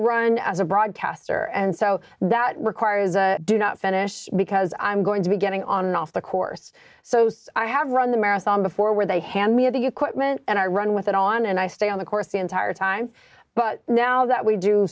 run as a broadcaster and so that requires a do not finish because i'm going to be getting on and off the course so i have run the marathon before where they hand me the equipment and i run with it on and i stay on the course the entire time but now that we do